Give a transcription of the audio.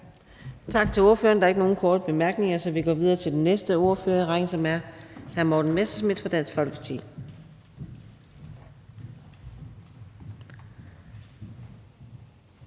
Tak til ordføreren. Der er ikke nogen korte bemærkninger, så vi går videre til den næste ordfører i rækken, som er hr. Noah Sturis fra Alternativet.